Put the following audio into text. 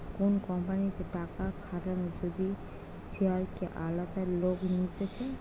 কোন কোম্পানিতে টাকা খাটানো যদি শেয়ারকে আলাদা লোক নিতেছে